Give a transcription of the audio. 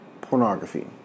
pornography